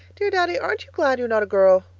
dear daddy, aren't you glad you're not a girl?